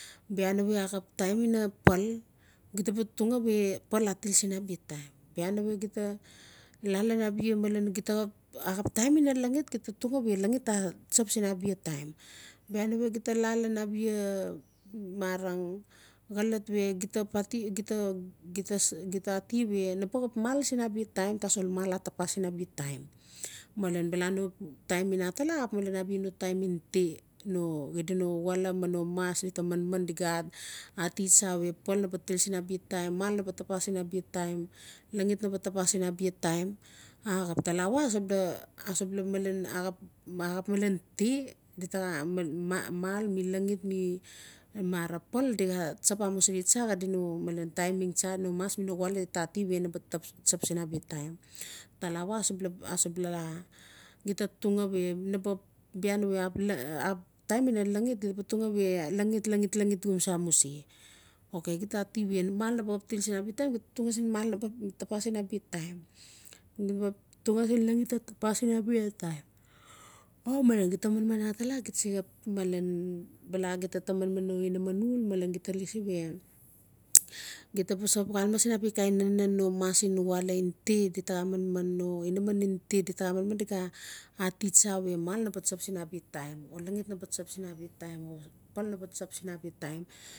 Bia nave axap taim ina pal gita ba tuxa pal na ba til sin abia taim bia nave gita laa lalan abia malen axap taim ina laxit gita tugaa we laxit a tsap ina abia tai bia nave gita laa lan abia marang xolot we gita xap ati gita ati we naba xap mal sin abia taim malan bala no taim gen atala axap malan no taim in ti xida no wala ma mas di taa manman o di xaa ati save pal na ba til sin abia taim mal na ba tapas sin abia taim laxit na ba tapas sin abia taim axp talawa asubla asubala malen axp malen ti mal mi laxit mi mara pal di xaa tsap amusili tsa xadi no taiming tsa no mas mi no wala di taa ati nave na ba tsap sin abia taim talawa asebula-asebula laa gita tugaa we taim ina laxit gita ba tugaa we a laxit-laxit-laxit-laxit xamsa mu se okay gita ati we mal naba xap til sin abia taim gita tugaa sin mal na ba tapas sin abia taim gita ba tugaa sin laxit na ba tapas sin abia taim o malen gita manman atala gita se xap malen bala gita manman malen no inaman uul malen gita lasi we se xap xaleme sin abia no kain nanan no mas mi no wala in ti di taa xaa manman no inaman in ti di xaa manman o di xaa ati tsa mal nabaxa tsap sin abia taim o laxit na ba tsap sin abia taim o pal na ba tsap sin abia time